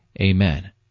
Amen